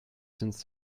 since